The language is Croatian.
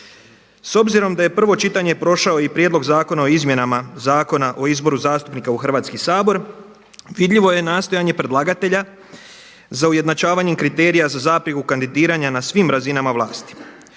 S obzirom da je prvo čitanje prošao i Prijedlog zakona o izmjenama Zakona o izboru zastupnika u Hrvatski sabor, vidljivo je nastojanje predlagatelja za ujednačavanjem kriterija za zapreku kandidiranja na svim razinama vlasti,